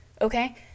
okay